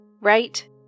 right